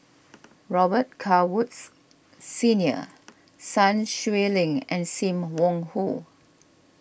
Robet Carr Woods Senior Sun Xueling and Sim Wong Hoo